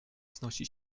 wznosi